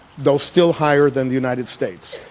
though still higher than the united states.